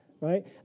Right